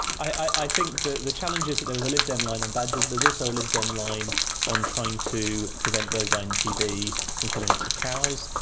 i think the the challenge is that there is a lib dem line on badgers but there is also a lib dem line on trying to prevent bovine tb from killing lots of cows,